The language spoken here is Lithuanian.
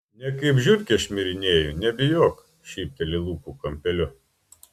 ne kaip žiurkė šmirinėju nebijok šypteli lūpų kampeliu